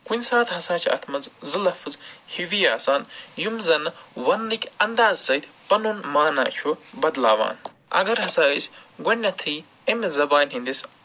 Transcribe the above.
کُنہِ ساتہٕ ہسا چھِ اَتھ منٛز زٕ لَفظ ہِوی آسان یِم زَن وَننٕکۍ اَندازٕ سۭتۍ پَنُن مانا چھُ بدلاوان اَگر ہسا أسۍ گۄڈٕنٮ۪ٹھٕے أمِس زَبانہِ ہِنٛدِس